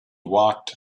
walked